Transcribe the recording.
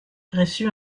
reçu